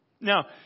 Now